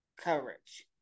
courage